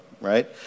right